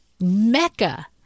mecca